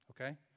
okay